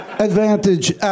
Advantage